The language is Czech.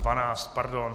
Dvanáct, pardon.